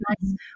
nice